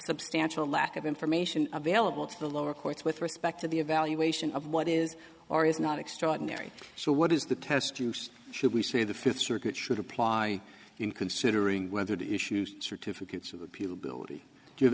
substantial lack of information available to the lower courts with respect to the evaluation of what is or is not extraordinary so what is the test used should we say the fifth circuit should apply in considering whether the issue certificates do